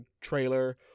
trailer